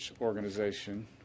organization